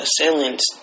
assailants